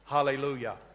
Hallelujah